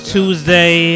Tuesday